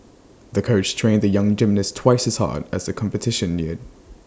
the coach trained the young gymnast twice as hard as the competition neared